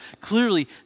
clearly